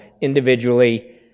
individually